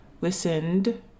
listened